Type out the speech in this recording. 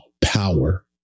power